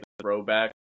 throwback